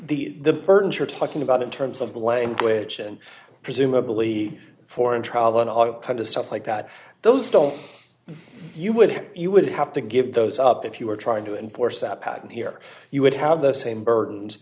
you're talking about in terms of the language and presumably foreign travel and all kind of stuff like that those don't you would have you would have to give those up if you were trying to enforce our patent here you would have the same burdens